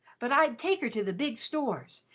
but i'd, take her to the big stores,